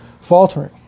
faltering